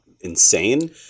insane